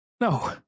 no